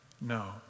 No